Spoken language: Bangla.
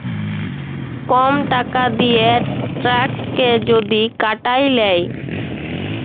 কম টাকা দিঁয়ে ট্যাক্সকে যদি কাটায় লেই